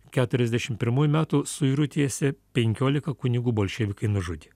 keturiasdešim pirmųjų metų suirutėse penkioliką kunigų bolševikai nužudė